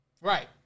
Right